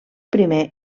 primer